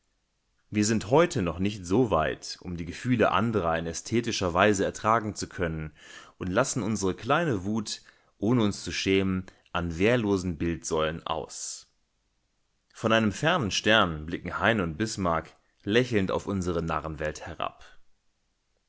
wir sind heute noch nicht so weit um die gefühle anderer in ästhetischer weise ertragen zu können und lassen unsere kleine wut ohne uns zu schämen an wehrlosen bildsäulen aus von einem fernen stern blicken heine und bismarck lächelnd auf unsere narrenwelt herab